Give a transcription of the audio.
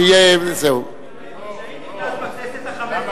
כשאני הייתי כאן בכנסת החמש-עשרה,